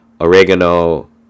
oregano